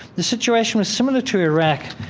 the situation was similar to iraq,